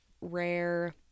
rare